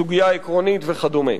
סוגיה עקרונית וכדומה.